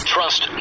Trust